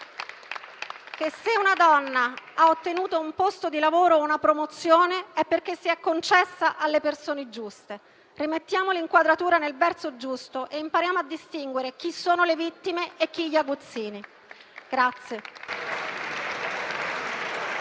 che, se una donna ha ottenuto un posto di lavoro o una promozione, è perché si è concessa alle persone giuste. Rimettiamo l'inquadratura nel verso giusto e impariamo a distinguere chi sono le vittime e chi gli aguzzini.